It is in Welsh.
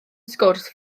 sgwrs